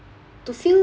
to feel